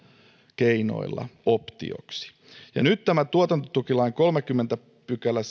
keinoilla optioksi ja nyt tämä hallituksen esityksen tuotantotukilain kolmaskymmenes pykälä